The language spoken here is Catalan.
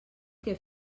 que